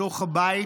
בתוך הבית,